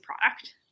product